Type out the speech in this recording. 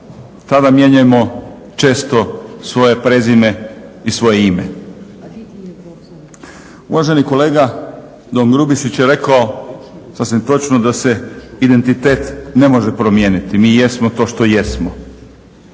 tada mijenjajmo često svoje prezime i svoje ime. Uvaženi kolega don Grubišić je rekao sasvim točno da se identitet ne može promijeniti, mi jesmo to što jesmo.